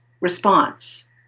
response